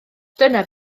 dyna